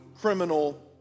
criminal